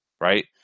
right